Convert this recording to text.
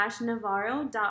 navarro